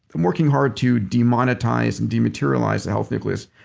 i'm working hard to demonetize and de-materialize the health nucleus,